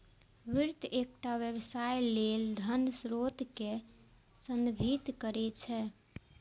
वित्त एकटा व्यवसाय लेल धनक स्रोत कें संदर्भित करै छै